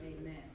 Amen